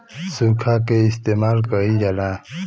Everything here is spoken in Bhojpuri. सुखा के इस्तेमाल कइल जाला